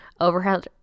overhead